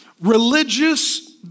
religious